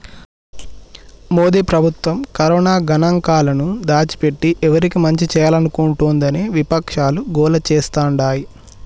మోదీ ప్రభుత్వం కరోనా గణాంకాలను దాచిపెట్టి ఎవరికి మంచి చేయాలనుకుంటోందని విపక్షాలు గోల చేస్తాండాయి